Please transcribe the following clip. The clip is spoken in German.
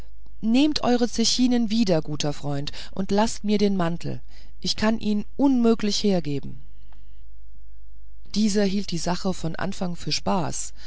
nehmt eure zechinen wieder guter freund und laßt mir den mantel ich kann ihn unmöglich hergeben dieser hielt die sache von anfang für spaß